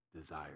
desire